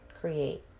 create